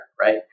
right